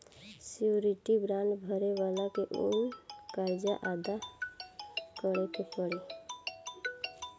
surety bond भरे वाला के ऊ कर्ज अदा करे पड़ी